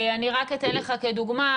אני רק אתן לך כדוגמה,